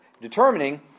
determining